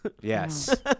Yes